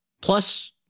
plus